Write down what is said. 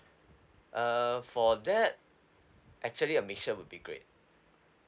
uh for that actually a mixture would be great